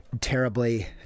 terribly